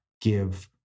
give